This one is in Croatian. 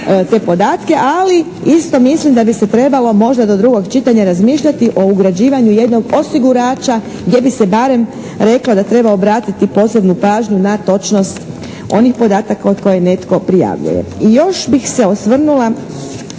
te podatke. Ali isto mislim da bi se trebalo možda do drugog čitanja razmišljati o ugrađivanju jednog osigurača gdje bi se barem reklo da treba obratiti posebnu pažnju na točnost onih podataka od koje netko prijavljuje. I još bih se osvrnula